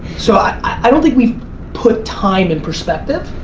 so i don't think we've put time in perspective.